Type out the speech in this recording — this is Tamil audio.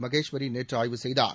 மகேஸ்வரி நேற்று ஆய்வு செய்தார்